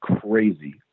crazy